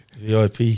VIP